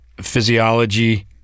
physiology